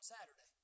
Saturday